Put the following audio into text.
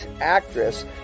actress